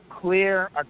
clear